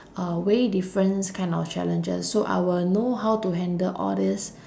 uh way difference kind of challenges so I will know how to handle all these